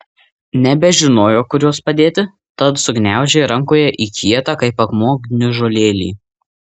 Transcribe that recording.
nebežinojo kur juos padėti tad sugniaužė rankoje į kietą kaip akmuo gniužulėlį